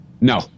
No